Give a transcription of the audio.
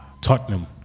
Tottenham